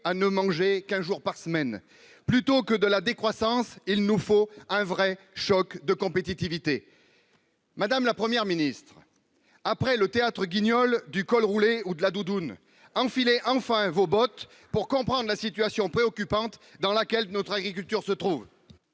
à ne manger qu'un jour par semaine ! Plutôt que la décroissance, il nous faut un vrai choc de compétitivité ! Madame la Première ministre, après le théâtre Guignol du col roulé et de la doudoune, enfilez enfin vos bottes pour comprendre la situation préoccupante de notre agriculture. La parole